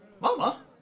Mama